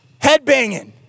headbanging